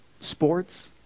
sports